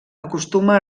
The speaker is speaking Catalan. acostuma